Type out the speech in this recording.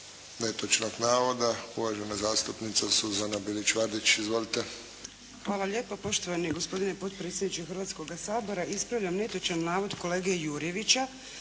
netočnog navoda, uvažena zastupnica Suzana Bilić Vardić. Izvolite. **Bilić Vardić, Suzana (HDZ)** Hvala lijepo poštovani gospodine potpredsjedniče Hrvatskog sabora. Ispravljam netočan navod kolege Jurjevića